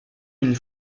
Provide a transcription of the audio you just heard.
une